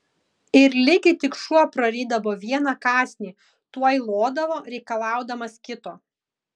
ir ligi tik šuo prarydavo vieną kąsnį tuoj lodavo reikalaudamas kito